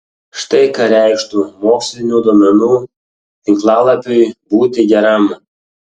štai ką reikštų mokslinių duomenų tinklalapiui būti geram